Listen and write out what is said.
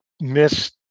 miss